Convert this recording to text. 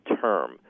term